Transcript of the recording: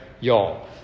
Y'all